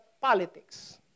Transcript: politics